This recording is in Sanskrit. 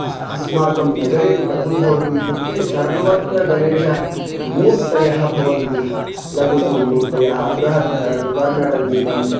अस् अस्माकं नगरे तु कथं भवति इत्युक्ते सर्वत्र गणेशमूर्तयः भवन्ति लघु लघु मूर्तयः बृहत् बृहत् वर्णरञ्जितम्